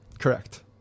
Correct